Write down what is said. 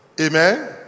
Amen